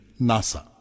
NASA